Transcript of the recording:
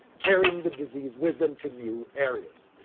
carrying the disease with them to new areas.